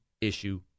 issue